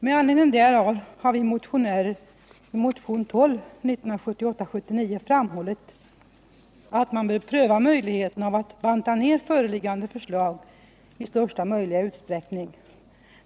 Med anledning därav har vi motionärer i motion 1978/79:12 framhållit att man bör pröva möjligheten att banta ner föreliggande förslag i största möjliga utsträckning.